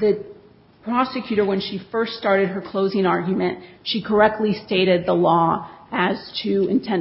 the prosecutor when she first started her closing argument she correctly stated the law as to inten